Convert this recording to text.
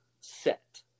set